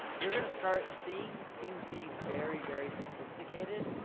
you're gonna start seeing things being very, very sophisticated,